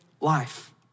life